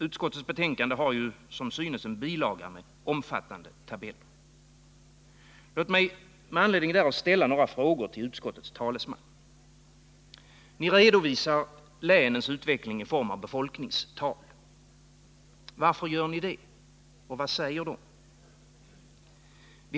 Utskottets betänkande har en bilaga med omfattande tabeller, och jag vill med anledning därav ställa några frågor till utskottets talesman. Ni redovisar länens utveckling i form av befolkningstal. Varför gör ni det, och vad säger dessa tal?